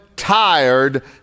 tired